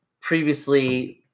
previously